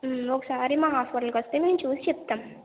ఒకసారి మా హాస్పిటల్కి వస్తే మేము చూసి చెప్తాము